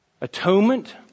atonement